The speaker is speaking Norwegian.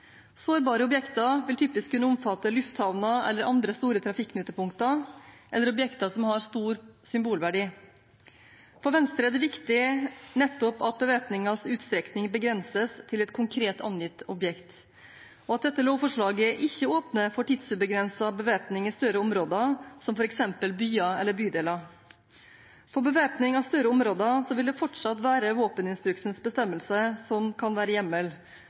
Sårbare objekter vil typisk kunne omfatte lufthavner eller andre store trafikknutepunkter eller objekter som har stor symbolverdi. For Venstre er det viktig nettopp at bevæpningens utstrekning begrenses til et konkret angitt objekt, og at dette lovforslaget ikke åpner for tidsubegrenset bevæpning i større områder, som f.eks. byer eller bydeler. For bevæpning av større områder vil det fortsatt være våpeninstruksens bestemmelse som kan være hjemmel,